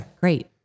great